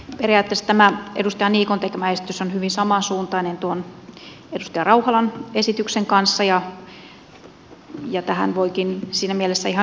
periaatteessa tämä edustaja niikon tekemä esitys on hyvin samansuuntainen tuon edustaja rauhalan esityksen kanssa ja tähän voikin siinä mielessä ihan yhtyä